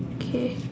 K